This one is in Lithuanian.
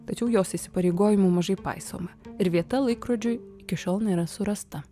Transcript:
tačiau jos įsipareigojimų mažai paisoma ir vieta laikrodžiui iki šiol nėra surasta